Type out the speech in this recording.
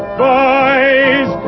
boys